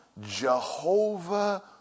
Jehovah